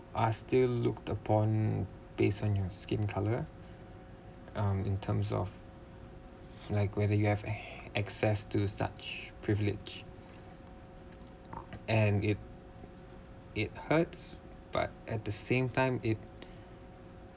are still looked upon based on your skin colour um in terms of like whether you have access to such privilege and it it hurts but at the same time it